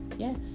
Yes